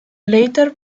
later